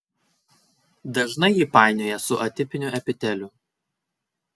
dažnai jį painioja su atipiniu epiteliu